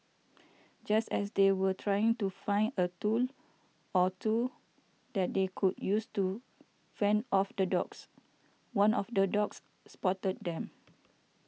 just as they were trying to find a two or two that they could use to fend off the dogs one of the dogs spotted them